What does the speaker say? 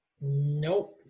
Nope